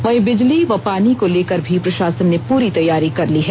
वहीं बिजली व पानी को लेकर भी प्रशासन ने पूरी तैयारी कर ली है